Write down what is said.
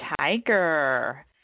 tiger